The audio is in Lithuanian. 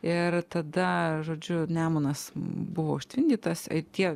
ir tada žodžiu nemunas buvo užtvindytas ai tie